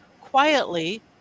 quietly